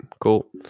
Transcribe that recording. Cool